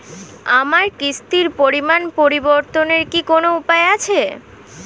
আমার কিস্তির পরিমাণ পরিবর্তনের কি কোনো উপায় আছে?